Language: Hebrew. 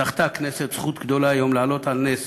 זכתה הכנסת זכות גדולה היום להעלות על נס